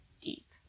deep